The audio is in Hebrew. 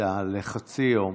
בכיתה לחצי יום